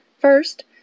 First